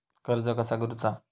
कर्ज कसा करूचा?